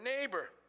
neighbor